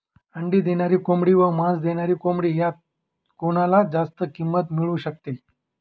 अंडी देणारी कोंबडी व मांस देणारी कोंबडी यात कोणाला जास्त किंमत मिळू शकते?